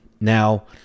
Now